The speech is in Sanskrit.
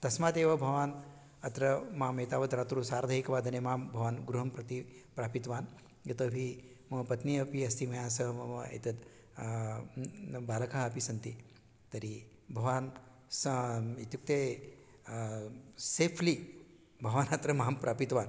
तस्मादेव भवान् अत्र माम् एतावत् रात्रौ सार्ध एकवादने मां भवान् गृहं प्रति प्रापित्वान् यतोऽहि मम पत्नी अपि अस्ति मया सह मम एतत् बालकः अपि सन्ति तर्हि भवान् साम् इत्युक्ते सेफ़्लि भवान् अत्र मां प्रापित्वान्